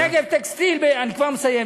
אני כבר מסיים.